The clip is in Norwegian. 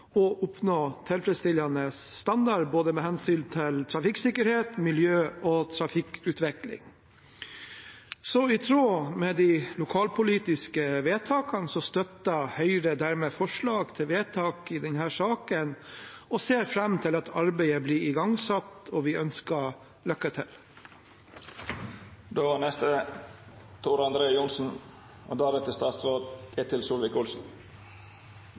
oppnå tilfredsstillende standard med hensyn til både trafikksikkerhet, miljø og trafikkavvikling. I tråd med de lokalpolitiske vedtakene støtter Høyre dermed forslag til vedtak i denne saken og ser fram til at arbeidet blir igangsatt, og vi ønsker lykke til. Det er